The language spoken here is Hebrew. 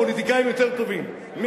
פוליטיקאים יותר טובים,